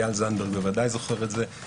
איל זנדברג ודאי זוכר את זה.